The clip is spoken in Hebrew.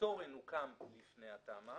התורן הוקם לפני התמ"א.